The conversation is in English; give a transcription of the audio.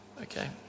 okay